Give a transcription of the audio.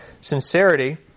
sincerity